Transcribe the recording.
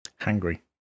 Hungry